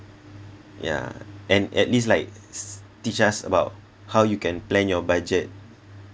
yeah and at least like s~ teach us about how you can plan your budget